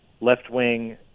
left-wing